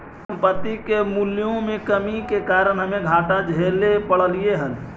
संपत्ति के मूल्यों में कमी के कारण हमे घाटा झेले पड़लइ हल